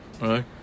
right